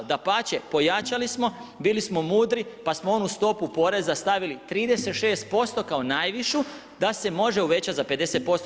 Dapače, pojačali smo, bili smo mudri pa smo onu stopu poreza stavili 36% kao najvišu da se može uvećati za 50%